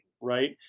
right